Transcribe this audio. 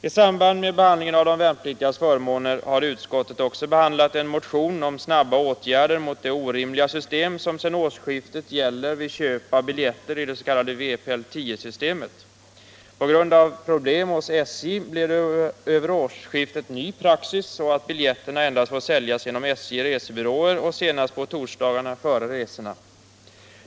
I samband med behandlingen av de värnpliktigas förmåner har utskottet också behandlat en motion om snabba åtgärder mot det orimliga system som sedan årsskiftet gäller vid köp av biljetter i det s.k. vpl 10-systemet. På grund av problem hos SJ blev det över årsskiftet en ny praxis, så att biljetterna endast får säljas genom SJ-resebyråer och senast på torsdagen före resan.